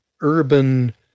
urban